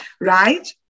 right